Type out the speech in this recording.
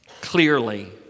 clearly